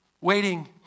waiting